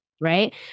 Right